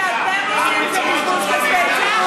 מה שאתם עושים זה בזבוז כספי ציבור,